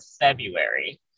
February